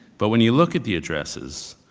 but when you look at the addresses,